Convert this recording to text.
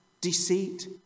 deceit